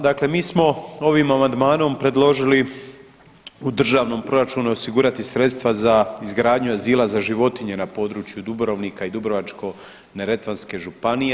Dakle, mi smo ovim amandmanom predložili u državnom proračunu osigurati sredstva za izgradnju azila za životnije na području Dubrovnika i Dubrovačko-neretvanske županije.